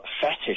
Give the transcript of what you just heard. fetish